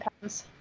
comes